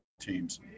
teams